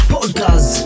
Podcast